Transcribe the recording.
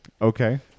Okay